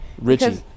Richie